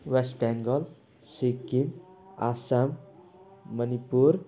West Bengal Sikkim Assam Manipur